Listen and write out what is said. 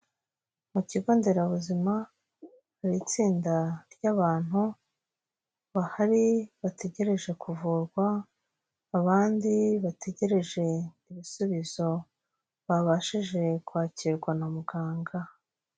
Mu kigo nderabuzima hari itsinda ry'abantu bahari bategereje kuvurwa, abandi bategereje ibisubizo, babashije kwakirwa na muganga.